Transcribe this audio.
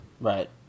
Right